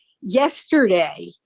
yesterday